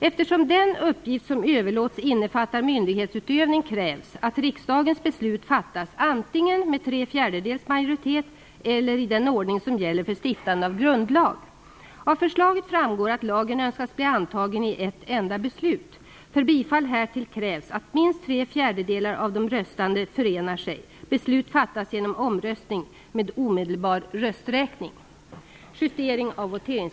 Eftersom den uppgift som överläts innefattade myndighetsutövning krävdes att riksdagens beslut fattades antingen genom att minst tre fjärdedelar av de röstande förenade sig om beslutet eller i den ordning som gällde för stiftande av grundlag. Av förslaget framgick att lagen önskades bli antagen i ett enda beslut. Beslut fattades genom omröstning med rösträkning.